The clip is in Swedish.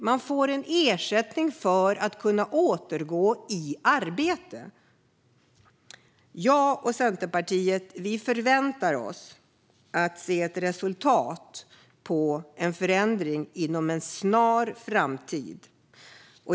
Man får en ersättning för att kunna återgå i arbete. Jag och Centerpartiet förväntar oss att se ett resultat inom en snar framtid.